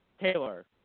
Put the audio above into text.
Taylor